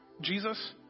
Jesus